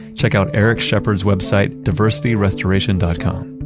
check out eric shepherd's website diversityrestoration dot com.